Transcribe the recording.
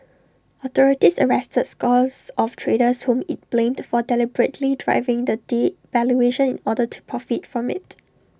authorities arrested scores of traders whom IT blamed for deliberately driving the devaluation in order to profit from IT